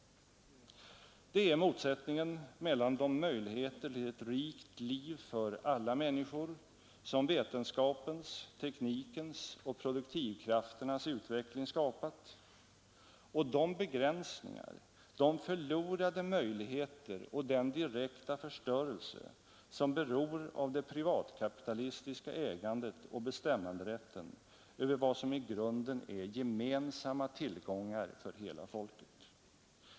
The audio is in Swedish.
Det är motsättningen mellan de möjligheter till ett rikt liv för alla människor som vetenskapens, teknikens och produktivkrafternas utveckling skapat och de begränsningar, de förlorade möjligheter och den direkta förstörelse som beror av det privatkapitalistiska ägandet till och bestämmanderätten över vad som i grunden är gemensamma tillgångar för hela folket.